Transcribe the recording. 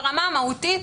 ברמה המהותית,